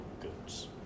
goods